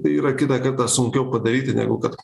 tai yra kitą kartą sunkiau padaryti negu kad